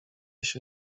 się